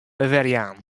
werjaan